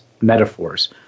metaphors